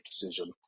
decision